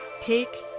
Take